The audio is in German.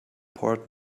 port